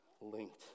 linked